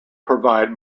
provide